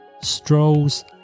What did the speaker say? strolls